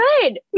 good